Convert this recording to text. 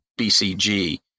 BCG